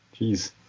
Jeez